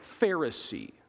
Pharisee